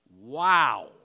Wow